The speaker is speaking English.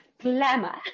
glamour